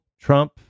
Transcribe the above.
Trump